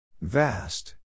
Vast